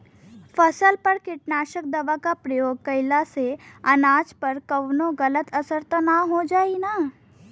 फसल पर कीटनाशक दवा क प्रयोग कइला से अनाज पर कवनो गलत असर त ना होई न?